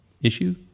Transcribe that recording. issue